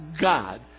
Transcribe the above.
God